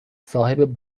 صاحب